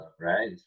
right